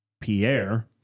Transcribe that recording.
Pierre